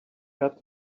got